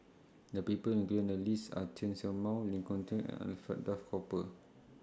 The People included in The list Are Chen Show Mao Lee Koon Chin and Alfred Duff Cooper